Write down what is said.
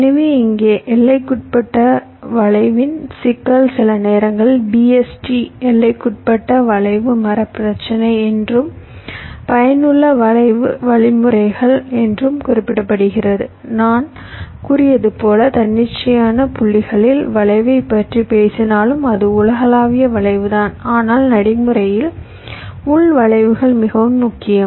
எனவே இங்கே எல்லைக்குட்பட்ட வளைவின் சிக்கல் சில நேரங்களில் BST எல்லைக்குட்பட்ட வளைவு மரப் பிரச்சினை என்றும் பயனுள்ள வளைவு வழிமுறைகள் என்றும் குறிப்பிடப்படுகிறது நான் கூறியது போல் தன்னிச்சையான புள்ளிகளில் வளைவைப் பற்றி பேசினாலும் அது உலகளாவிய வளைவுதான் ஆனால் நடைமுறையில் உள் வளைவுகள் மிகவும் முக்கியம்